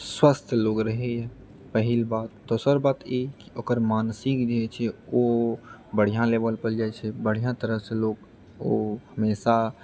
स्वस्थ लोक रहैए पहिल बात दोसर बात ई ओकर मानसिक जे छै ओ बढ़िआँ लेवल पर जाइत छै बढ़िआँ तरहसँ लोक ओ हमेशा